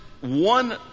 one